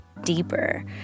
deeper